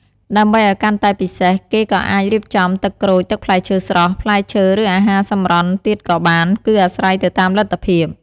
ដើម្បីឱ្យកាន់តែពិសេស គេក៏អាចរៀបចំ ទឹកក្រូច ទឹកផ្លែឈើស្រស់ ផ្លែឈើ ឬ អាហារសម្រន់ទៀតក៏បាន គឺអាស្រ័យទៅតាមលទ្ធភាព។